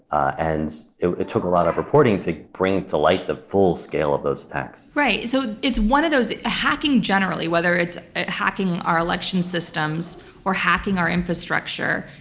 and it it took a lot of reporting to bring to light the full scale of those attacks. right. so it's one of those hackings generally, whether it's hacking our election systems or hacking our infrastructure.